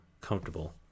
comfortable